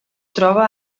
troba